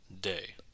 day